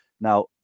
now